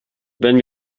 wenn